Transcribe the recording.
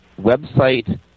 website